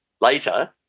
later